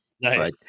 Nice